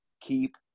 keep